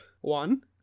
one